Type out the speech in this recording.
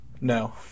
No